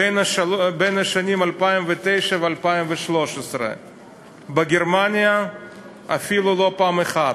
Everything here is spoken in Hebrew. בשנים 2009 2013. בגרמניה אפילו לא פעם אחת,